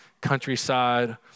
Countryside